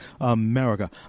America